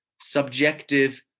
subjective